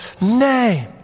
name